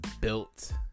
built